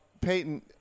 Peyton